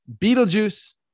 Beetlejuice